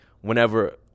whenever